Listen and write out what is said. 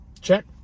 Check